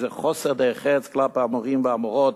איזה חוסר דרך ארץ כלפי המורים והמורות,